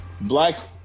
blacks